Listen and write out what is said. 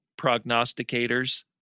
prognosticators